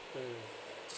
mm